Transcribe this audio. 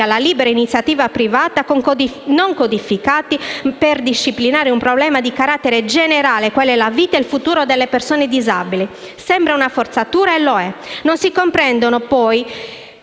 alla libera iniziativa privata, non codificati, per disciplinare un problema di carattere generale quale la vita e il futuro delle persone disabili. Sembra una forzatura e lo è. Non si comprendono, poi,